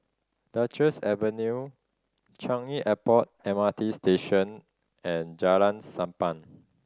Duchess Avenue Changi Airport M R T Station and Jalan Sappan